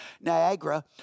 Niagara